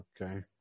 Okay